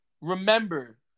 remember